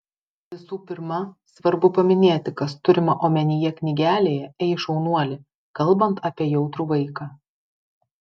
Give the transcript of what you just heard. visų pirma svarbu paminėti kas turima omenyje knygelėje ei šaunuoli kalbant apie jautrų vaiką